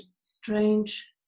strange